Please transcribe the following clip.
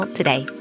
today